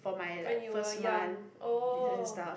when you were young oh